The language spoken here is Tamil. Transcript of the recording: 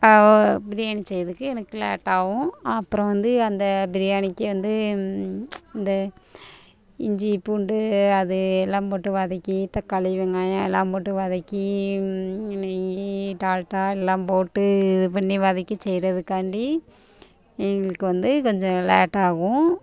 பிரியாணி செய்கிறதுக்கு எனக்கு லேட்டாகவும் அப்பறம் வந்து அந்த பிரியாணிக்கு வந்து இந்த இஞ்சி பூண்டு அது எல்லாம் போட்டு வதக்கி தக்காளி வெங்காயம் எல்லாம் போட்டு வதக்கி நெய் டால்டா எல்லாம் போட்டு இது பண்ணி வதக்கி செய்கிறதுக்காண்டி எங்களுக்கு வந்து கொஞ்சம் லேட்டாகும்